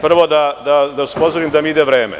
Prvo, da vas upozorim da mi ide vreme.